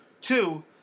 Two